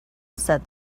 said